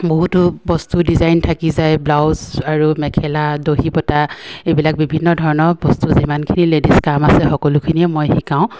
বহুতো বস্তু ডিজাইন থাকি যায় ব্লাউজ আৰু মেখেলা দহি বতা এইবিলাক বিভিন্ন ধৰণৰ বস্তু যিমানখিনি লেডিজ কাম আছে সকলোখিনিয়ে মই শিকাওঁ